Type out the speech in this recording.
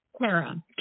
Kara